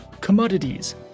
commodities